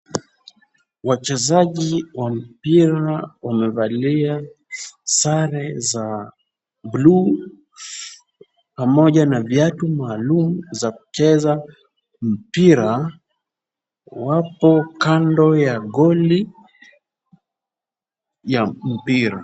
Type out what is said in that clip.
Wachezaji wa mpira wamevalia sare za blue pamoja na viatu maalum za kucheza mpira. Wapo kando ya ngoli ya mpira.